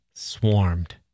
swarmed